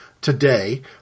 today